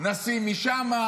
נשיא משם.